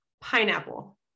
pineapple